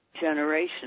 generation